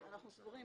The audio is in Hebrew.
אנחנו סבורים